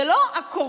זה לא הקורונה,